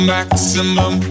maximum